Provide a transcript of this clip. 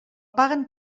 paguen